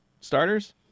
starters